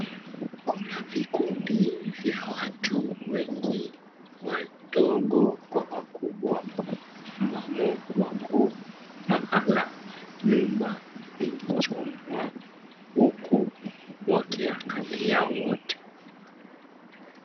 Kuna vikundi vya watu wengi, wadogo kwa wakubwa, ambamo wako mahali nyumba ilichomwa, huku wakiangalia wote.